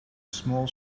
small